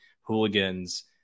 Hooligans